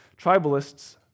Tribalists